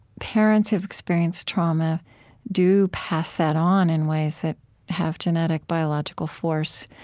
parents who've experienced trauma do pass that on in ways that have genetic, biological force,